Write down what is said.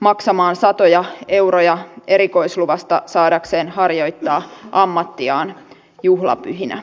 maksamaan satoja euroja erikoisluvasta saadakseen harjoittaa ammattiaan juhlapyhinä